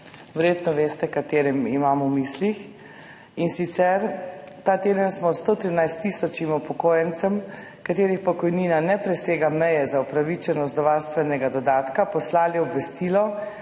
verjetno veste, katere imam v mislih. In sicer: »Ta teden smo 113.000 upokojencem, katerih pokojnina ne presega meje za upravičenost do varstvenega dodatka, poslali obvestilo,